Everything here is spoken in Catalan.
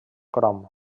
crom